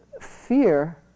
fear